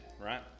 right